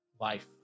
life